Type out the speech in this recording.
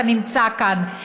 אתה נמצא כאן,